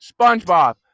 SpongeBob